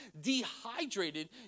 dehydrated